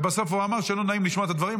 בסוף הוא אמר שלא נעים לשמוע את הדברים,